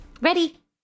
Ready